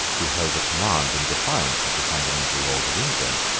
who held a command in defiance of the fundamental laws of england,